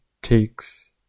takes